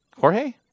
Jorge